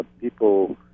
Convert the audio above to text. people